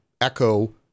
echo